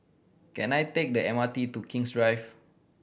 can I take the M R T to King's Drive